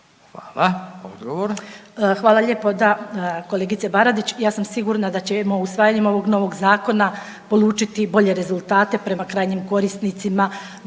Ljubica (HDZ)** Hvala lijepo. Da kolegice Baradić. Ja sam sigurna da ćemo usvajanjem ovog novog zakona polučiti bolje rezultate prema krajnjim korisnicima,